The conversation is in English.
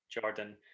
Jordan